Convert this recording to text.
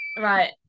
Right